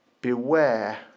beware